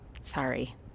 Sorry